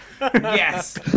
Yes